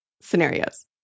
scenarios